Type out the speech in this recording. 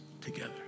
together